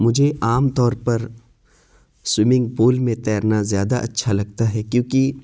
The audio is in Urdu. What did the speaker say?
مجھے عام طور پر سوئمنگ پل میں تیرنا زیادہ اچھا لگتا ہے کیوںکہ